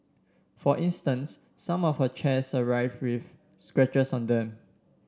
for instance some of her chairs arrived with scratches on them